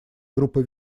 группы